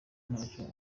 ntacyo